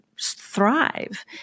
thrive